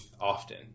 often